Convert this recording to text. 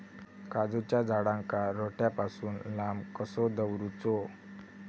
काजूच्या झाडांका रोट्या पासून लांब कसो दवरूचो?